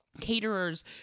caterers